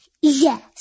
Yes